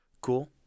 cool